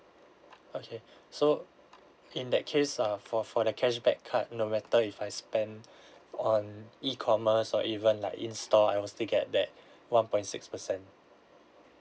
okay so in that case uh for for the cashback card no matter if I spent on e-commerce or even like install I will still get one point six percent